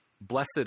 blessed